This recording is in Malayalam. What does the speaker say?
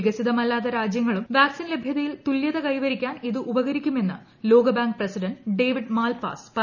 വികസിതമല്ലാത്ത രാജ്യങ്ങൾക്കും വാക്സിൻ ലഭ്യതയിൽ തുല്യത കൈവരിക്കാൻ ഇത് ഉപകരിക്കു മെന്ന് ലോകബാങ്ക് പ്രസിഡന്റ് ഡേവിഡ് മാൽപാസ് പറഞ്ഞു